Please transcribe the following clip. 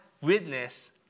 witness